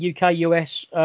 UK-US